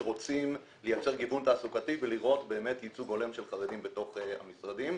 שרוצים לייצר גיוון תעסוקתי ולקיים ייצוג הולם של חרדים בתוך המשרדים.